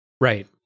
Right